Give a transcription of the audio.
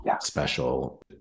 special